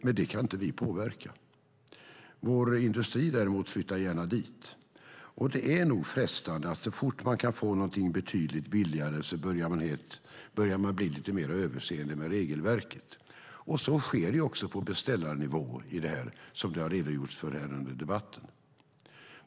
Men det kan vi inte påverka. Vår industri flyttar däremot gärna dit. Det är nog frestande. Så fort man kan få någonting betydligt billigare börjar man bli lite mer överseende med regelverket. Så sker på beställarnivå, som det har redogjorts för under debatten.